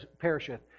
perisheth